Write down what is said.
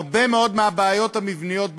הרבה מאוד מהבעיות המבניות בביטוח,